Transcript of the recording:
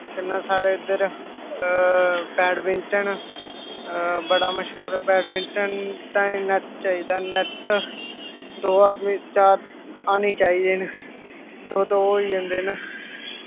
कन्नै साढ़े इद्धर बैडमिंटन बड़ा मश्हूर ऐ बैडमिंटन ताईं नैट चाहिदा नैट दो आदमी चार हानी चाहिदे न दो दो होई जन्दे न